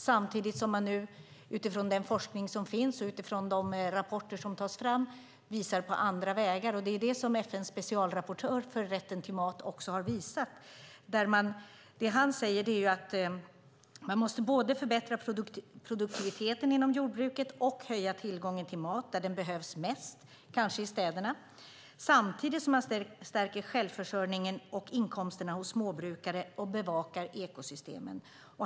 Samtidigt visar nu forskning som finns och rapporter som tas fram på andra vägar, och det är också det som FN:s specialrapportör för rätten till mat har visat, att man både måste förbättra produktiviteten inom jordbruket och höja tillgången till mat där den behövs mest, kanske i städerna, samtidigt som man stärker självförsörjningen och inkomsterna hos småbrukare och bevakar ekosystemen.